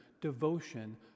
devotion